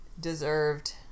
Deserved